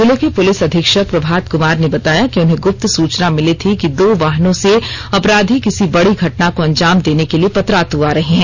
जिले के पुलिस अधीक्षक प्रभात कुमार ने बताया कि उन्हें ग्रप्त सूचना मिली थी कि दो वाहनों से अपराधी किसी बड़ी घटना को अंजाम देने के लिए पतरातू आ रहे हैं